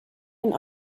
and